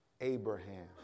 Abraham